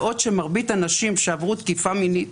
בעוד שמרבית הנשים שעברו תקיפה מינית